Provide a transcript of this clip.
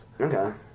okay